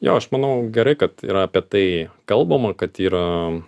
jo aš manau gerai kad yra apie tai kalbama kad yra